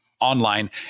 online